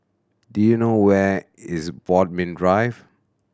do you know where is Bodmin Drive